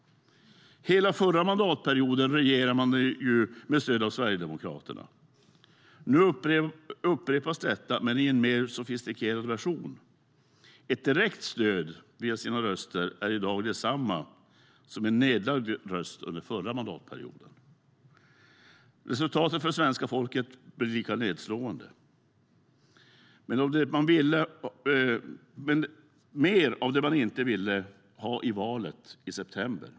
Hela förra mandatperioden regerade man med stöd av Sverigedemokraterna. Nu upprepas detta men i en mer sofistikerad version. Ett direkt stöd via sina röster är i dag detsamma som en nedlagd röst var under förra mandatperioden. Resultatet för svenska folket blir lika nedslående: Mer av det man inte ville ha i valet i september.